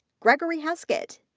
gregory heskett,